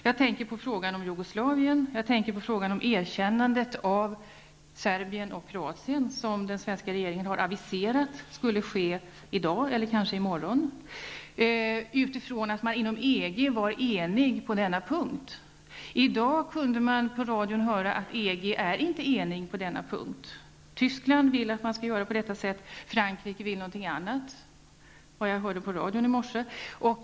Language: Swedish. Jag tänker på frågan om Jugoslavien och erkännandet av Slovenien och Kroatien, som den svenska regeringen aviserat skulle ske i dag eller kanske i morgon, utifrån att man inom EG var enig på denna punkt. I dag kunde man i radion höra att länderna inom EG inte är eniga på denna punkt. Tyskland vill att man skall göra på detta sätt, medan Frankrike vill någonting annat, enligt vad jag hörde i radion i morse.